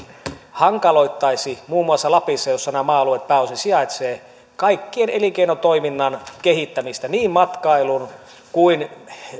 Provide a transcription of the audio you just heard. hankaloittaisi muun muassa lapissa missä nämä maa alueet pääosin sijaitsevat kaiken elinkeinotoiminnan kehittämistä niin matkailun kuin